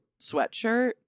sweatshirt